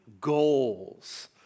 goals